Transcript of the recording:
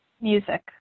Music